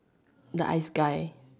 the ice guy